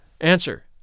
Answer